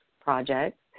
projects